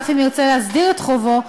אף אם ירצה להסדיר את חובו,